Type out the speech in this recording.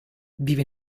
vive